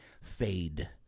fade